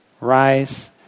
Rise